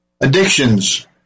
Addictions